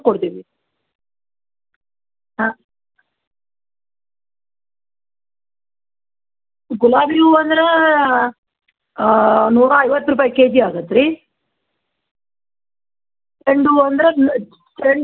ಹಾಂ ಮಾಡಿ ಕೊಡ್ತೀರ ಅದನ್ನು ಮಾಡಿ ಕೊಡ್ತಾರೆ ಅದಾರ ನಮ್ಮ ಕಡೆ ಹಾಂ ಅದನ್ನು ಮಾಡ್ಕೊಡ್ತಾರೆ ಅದರದ್ದೆಲ್ಲ ಬೇರೆ ಬೇರೆ ಚಾರ್ಜ್ ಆಗುತ್ತೆ ಅದನ್ನ ನೋಡಿ ವಿಚಾರ ಮಾಡಿ ಹೇಳಬೇಕ್ರಿ ಅದು ಹ್ಯಾಂಗ ಏನು ಯಾವ ಟೈಪ್ ಮಾಡಬೇಕ ಅದರ ಮೇಲಿಂದ ಇರುತ್ತೆ ಅದು ಚಾರ್ಜ್ ಅದೇ ಈಗ ಸಡನ್ನಾಗಿ ಹೇಳೋಕ್ಕಾಗೋದಿಲ್ಲ